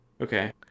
Okay